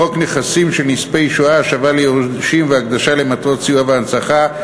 וחוק נכסים של נספי שואה (השבה ליורשים והקדשה למטרות סיוע והנצחה),